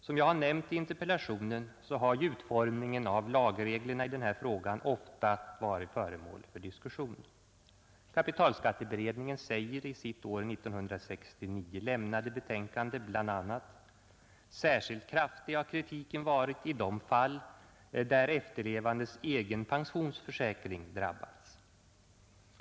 Som jag har nämnt i interpellationen, har ju utformningen av lagreglerna i den här frågan ofta varit föremål för diskussion. Kapitalskatteberedningen säger i sitt år 1969 lämnade betänkande bl.a.: ”Särskilt kraftig har kritiken varit i de fall där efterlevandes egen pensionsförsäkring drabbats.